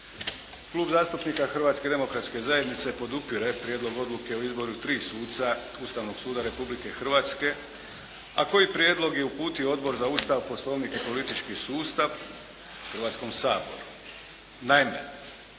Klub zastupnika Hrvatske demokratske zajednice podupire prijedlog odluke o izboru 3 suca Ustavnog suda Republike Hrvatske, a koji prijedlog je uputio Odbor za Ustav, Poslovnik i politički sustav Hrvatskom saboru.